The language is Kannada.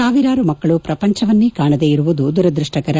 ಸಾವಿರಾರು ಮಕ್ಕಳು ಪ್ರಪಂಚವನ್ನೇ ಕಾಣದೇ ಇರುವುದು ದುರದೃಷ್ಟಕರ